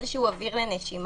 איזשהו אוויר לנשימה,